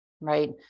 right